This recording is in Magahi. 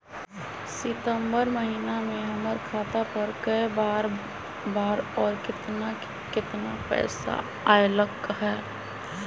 सितम्बर महीना में हमर खाता पर कय बार बार और केतना केतना पैसा अयलक ह?